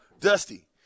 Dusty